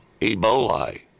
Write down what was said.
Ebola